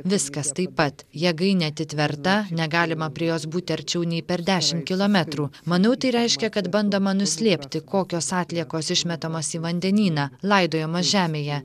viskas taip pat jėgainė atitverta negalima prie jos būti arčiau nei per dešimt kilometrų manau tai reiškia kad bandoma nuslėpti kokios atliekos išmetamos į vandenyną laidojamos žemėje